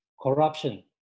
corruption